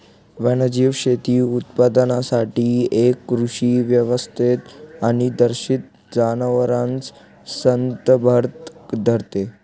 वन्यजीव शेती उत्पादनासाठी एक कृषी व्यवस्थेत अनिर्देशित जनावरांस संदर्भात धरते